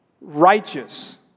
Righteous